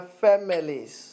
families